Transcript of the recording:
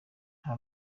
nta